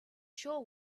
sure